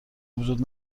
وجود